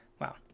Wow